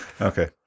Okay